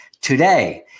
Today